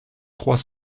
trois